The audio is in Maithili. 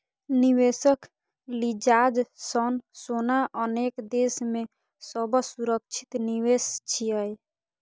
निवेशक लिजाज सं सोना अनेक देश मे सबसं सुरक्षित निवेश छियै